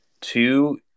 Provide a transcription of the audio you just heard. Two